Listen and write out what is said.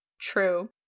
True